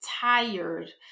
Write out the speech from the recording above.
tired